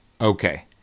Okay